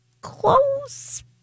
Close